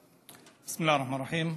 בסם אללה א-רחמאן א-רחים.